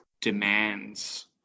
demands